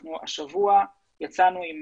אנחנו השבוע יצאנו עם